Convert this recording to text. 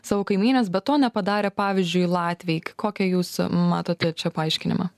savo kaimynes bet to nepadarė pavyzdžiui latviai kokią jūs matote čia paaiškinimą